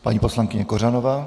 Paní poslankyně Kořanová.